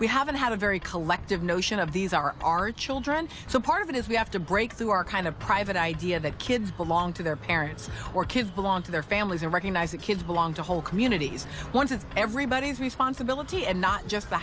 we haven't had a very collective notion of these are our children so part of it is we have to break through our kind of private idea that kids belong to their parents or kids belong to their families and recognize that kids belong to whole communities once it's everybody's responsibility and not just the